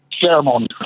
ceremony